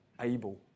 able